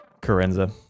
Carenza